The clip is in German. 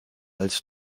als